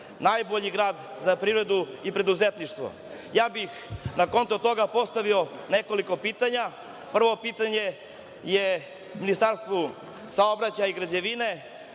najbolji grad za privredu i preduzetništvo. Na konto toga postavio bih nekoliko pitanja. Prvo pitanje je Ministarstvu saobraćaja i građevine,